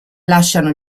lasciano